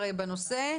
בנושא.